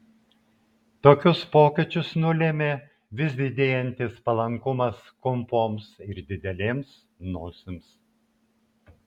tokius pokyčius nulėmė vis didėjantis palankumas kumpoms ir didelėms nosims